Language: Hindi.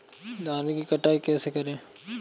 धान की कटाई कैसे करें?